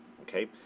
okay